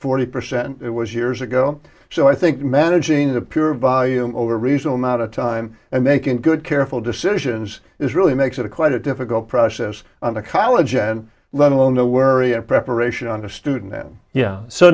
forty percent it was years ago so i think managing the pure volume over recent amount of time and making good careful decisions is really makes it a quite a difficult process on a college and let alone a wherry a preparation on a student then yeah so